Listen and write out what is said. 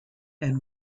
and